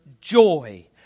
joy